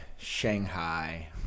Shanghai